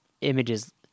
images